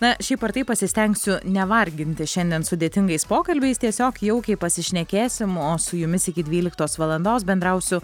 na šiaip ar taip pasistengsiu nevarginti šiandien sudėtingais pokalbiais tiesiog jaukiai pasišnekėsim o su jumis iki dvyliktos valandos bendrausiu